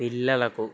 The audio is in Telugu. పిల్లలకు